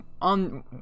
on